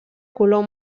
color